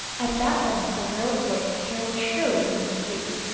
at that moment a girl's voice caroled shrilly from the street.